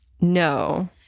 No